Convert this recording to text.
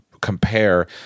compare